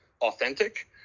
authentic